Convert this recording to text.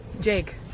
jake